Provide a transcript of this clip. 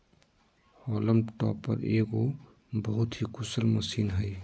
haulm topper एगो बहुत ही कुशल मशीन हइ